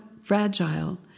fragile